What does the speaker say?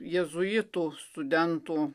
jėzuitų studentų